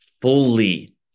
fully